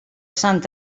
sant